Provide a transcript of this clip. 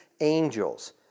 angels